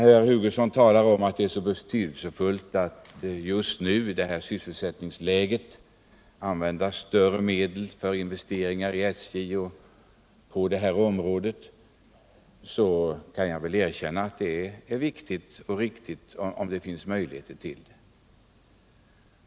Herr Hugosson sade att det var så betydelsefullt att just nu, i detta sysselsättningsläge, använda större belopp för investeringar på det här området. Jag kan erkänna att det är viktigt och riktigt, om det finns möjligheter till det.